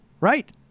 Right